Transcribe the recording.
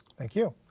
thank you.